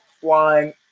flying